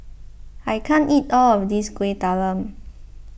I can't eat all of this Kueh Talam